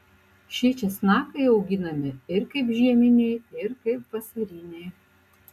šie česnakai auginami ir kaip žieminiai ir kaip vasariniai